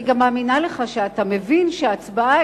אני גם מאמינה לך שאתה מבין שהצבעה,